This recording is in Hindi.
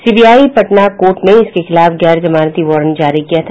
सीबीआई पटना कोर्ट ने इसके खिलाफ गैर जमानती वारंट जारी किया था